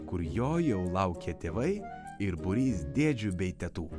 kur jo jau laukė tėvai ir būrys dėdžių bei tetų